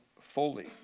fully